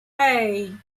hey